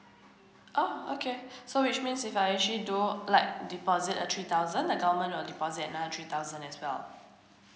oh okay so which means if I actually do like deposit a three thousand the government will deposit another three thousand as well